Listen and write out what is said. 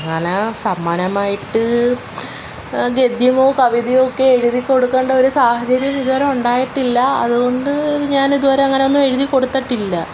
ഞാൻ സമ്മാനമായിട്ട് ഗദ്യമോ കവിതയോ എഴുതി കൊടുക്കേണ്ട ഒര് സാഹചര്യം ഇതുവരെ ഉണ്ടായിട്ടില്ല അതുകൊണ്ട് ഞാൻ ഇതുവരെ അങ്ങനെ ഒന്നും എഴുതി കൊടുത്തിട്ടില്ല